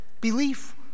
belief